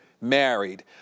married